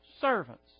servants